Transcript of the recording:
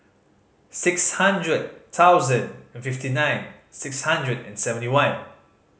six hundred thousand and fifty nine six hundred and seventy one